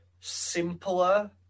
simpler